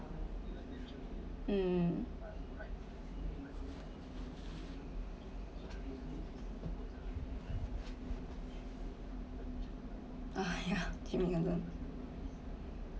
mm ah ya gym alone